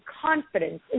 confidence